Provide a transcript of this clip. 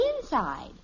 inside